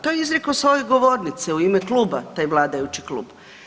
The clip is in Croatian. To je izrekao s ove govornice u ime kluba taj vladajući klub.